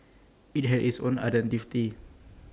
IT had its own identity